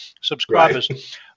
subscribers